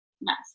Yes